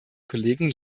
kollegen